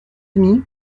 demie